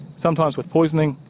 sometimes with poisoning,